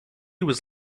was